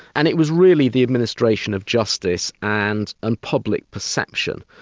and it was really the administration of justice and and public perception,